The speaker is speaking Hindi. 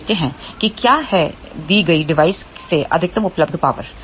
अब देखते हैं कि क्या है दी गई डिवाइस से अधिकतम उपलब्ध पावर